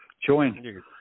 Join